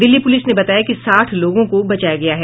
Delhi police ने बताया कि साठ लोगों को बचाया गया है